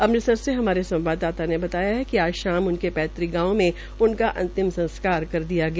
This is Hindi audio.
अमृतसर से हमारे संवाददाता ने बताया कि आज शाम उनके पैतृक गांव में उनका अंतिम संस्कार कर दिया गया